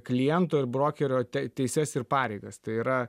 kliento ir brokerio teises ir pareigas tai yra